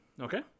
Okay